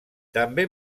també